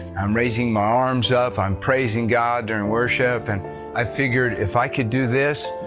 i'm raising my arms up. i'm praising god during worship. and i figured if i could do this,